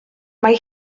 mai